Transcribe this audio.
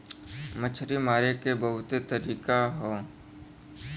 मछरी मारे के बहुते तरीका हौ